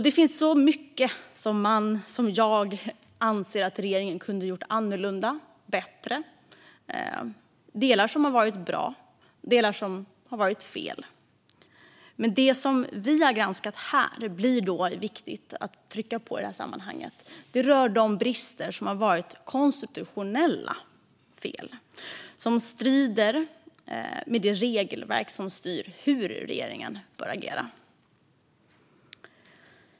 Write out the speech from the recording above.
Det finns så mycket som jag anser att regeringen kunde ha gjort annorlunda och bättre. Det finns delar som har varit bra och delar som har varit dåliga. Det som vi har granskat blir viktigt att trycka på i det här sammanhanget. Det rör konstitutionella fel som strider mot det regelverk som styr hur regeringen bör agera.